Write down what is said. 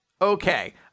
okay